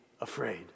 afraid